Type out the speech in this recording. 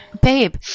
babe